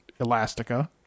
Elastica